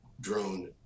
drone